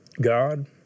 God